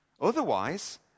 Otherwise